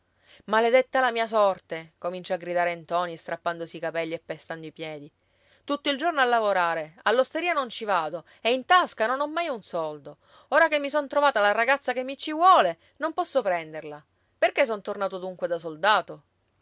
maledetta la mia sorte cominciò a gridare ntoni strappandosi i capelli e pestando i piedi tutto il giorno a lavorare all'osteria non ci vado e in tasca non ho mai un soldo ora che mi son trovata la ragazza che mi ci vuole non posso prenderla perché son tornato dunque da soldato